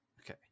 okay